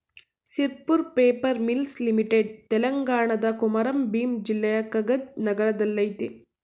Sirpur paper mills limited ತೆಲಂಗಾಣದ ಕೊಮಾರಂ ಭೀಮ್ ಜಿಲ್ಲೆಯ ಕಗಜ್ ನಗರದಲ್ಲಯ್ತೆ